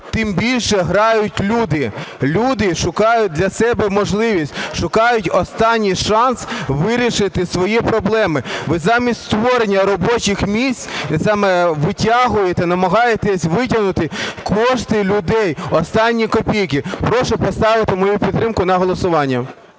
тим більше грають люди. Люди шукають для себе можливість, шукають останній шанс вирішити свої проблеми. Ви замість створення робочих місць саме витягуєте, намагаєтесь витягнути кошти людей, останні копійки. Прошу поставити мою поправку на голосування.